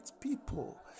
people